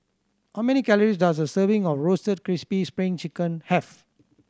how many calories does a serving of Roasted Crispy Spring Chicken have